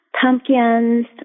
pumpkins